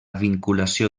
vinculació